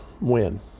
win